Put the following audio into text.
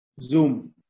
Zoom